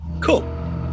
Cool